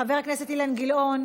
מוותר,